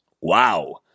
Wow